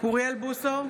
אוריאל בוסו,